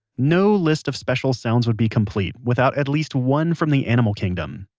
no list of special sounds would be complete without at least one from the animal kingdom.